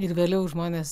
ir vėliau žmonės